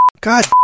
God